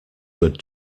good